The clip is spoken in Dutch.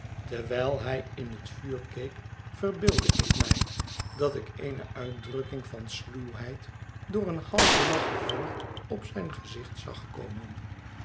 terwiji hij in het vuur keek verbeeldde ik mij dat lk eene uitdrukking van sluwheid door een halven lach gevolgd op zijn gezicht zag komen